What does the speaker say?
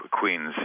Queens